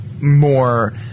more